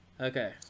Okay